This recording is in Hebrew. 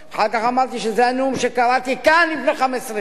ואחר כך אמרתי שזה הנאום שקראתי כאן לפני 15 שנה.